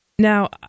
Now